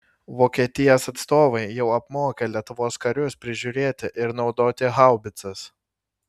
vokietijos atstovai jau apmokė lietuvos karius prižiūrėti ir naudoti haubicas